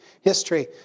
history